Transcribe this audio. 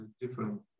different